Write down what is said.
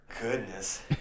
Goodness